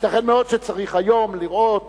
ייתכן מאוד שצריך היום לראות מקום,